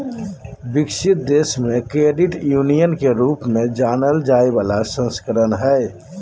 विकसित देश मे क्रेडिट यूनियन के रूप में जानल जाय बला संस्करण हइ